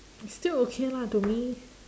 still okay lah to me